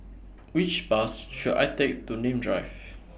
Which Bus should I Take to Nim Drive